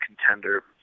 contender